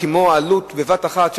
בבת אחת,